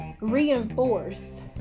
reinforce